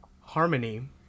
harmony